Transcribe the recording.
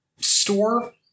store